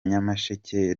nyamasheke